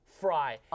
fry